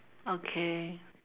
okay